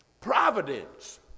Providence